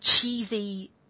cheesy